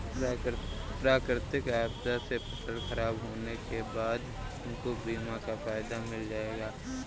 प्राकृतिक आपदा से फसल खराब होने के बाद तुमको बीमा का फायदा मिल जाएगा